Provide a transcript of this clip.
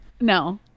no